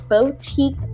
boutique